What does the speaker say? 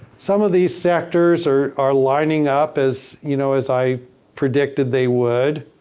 some of these sectors are are lining up as you know as i predicted they would.